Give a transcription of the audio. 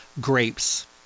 Grapes